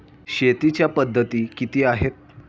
शेतीच्या पद्धती किती आहेत?